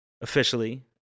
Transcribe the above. Officially